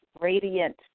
radiant